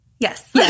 Yes